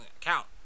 count